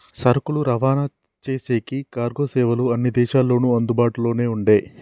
సరుకులు రవాణా చేసేకి కార్గో సేవలు అన్ని దేశాల్లోనూ అందుబాటులోనే ఉండే